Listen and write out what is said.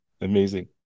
Amazing